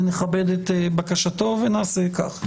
ונכבד את בקשתו ונעשה כך.